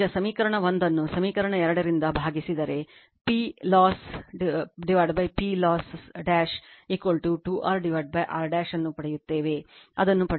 ಈಗ ಸಮೀಕರಣ 1 ಅನ್ನು ಸಮೀಕರಣ 2 ರಿಂದ ಭಾಗಿಸಿದರೆ PLoss PLoss 2 R R ಅನ್ನು ಪಡೆಯುತ್ತೇವೆ ಅದನ್ನು ಪಡೆಯುತ್ತದೆ